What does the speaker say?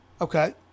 Okay